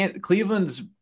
Cleveland's